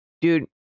Dude